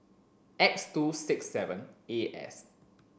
X two six seven A S